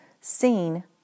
seen